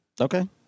Okay